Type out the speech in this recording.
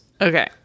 Okay